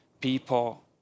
people